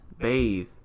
Bathe